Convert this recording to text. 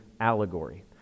allegory